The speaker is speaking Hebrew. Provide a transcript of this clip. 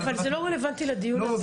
כן, אבל זה לא רלוונטי לדיון הזה.